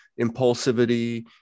impulsivity